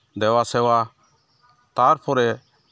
ᱫᱮᱵᱟᱥᱮᱵᱟ ᱛᱟᱨᱯᱚᱨᱮ